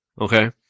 Okay